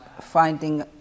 finding